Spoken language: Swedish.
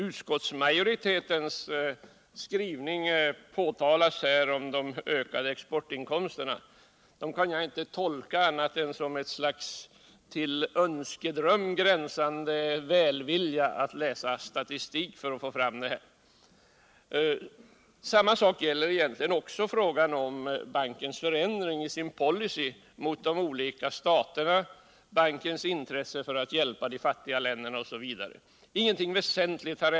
Utskottsmajoritetens försvar med hänvisning till ökningen av exportinkomsterna kan jag inte tolka som något annat än en till önskedröm gränsande välvilja när det gäller att läsa statistik. Ingenting väsentligt har heller ändrats i fråga om bankens policy mot de olika staterna, bankens intresse för att hjälpa de fattiga länderna osv.